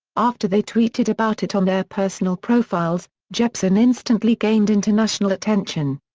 after they tweeted about it on their personal profiles, jepsen instantly gained international attention.